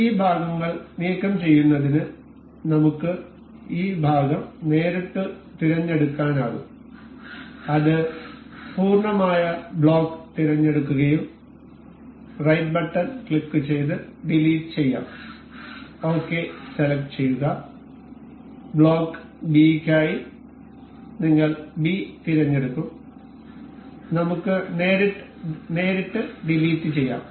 ഈ ഭാഗങ്ങൾ നീക്കംചെയ്യുന്നതിന് നമുക്ക് ഈ ഭാഗം നേരിട്ട് തിരഞ്ഞെടുക്കാനാകും അത് പൂർണ്ണമായ ബ്ലോക്ക് തിരഞ്ഞെടുക്കുകയും റൈറ്റ് ബട്ടൺ ക്ലിക്ക് ചെയ്തു ഡിലീറ്റ് ചെയ്യാം ഒകെ സെലക്ട് ചെയ്യുക ബ്ലോക്ക് ബി യ്ക്കായി നിങ്ങൾ ബി തിരഞ്ഞെടുക്കും നമുക്ക് നേരിട്ട് ഡിലീറ്റ് ചെയ്യാം